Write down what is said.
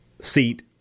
seat